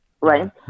right